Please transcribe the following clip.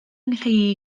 nghri